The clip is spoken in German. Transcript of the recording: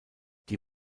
die